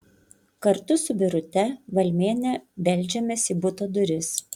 kartu su birute valmiene beldžiamės į buto duris